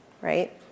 right